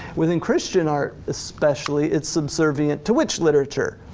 within christian art especially, it's subservient to which literature?